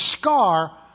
scar